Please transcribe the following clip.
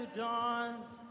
dawn's